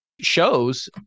shows